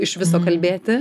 iš viso kalbėti